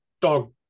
dog